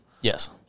Yes